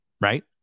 right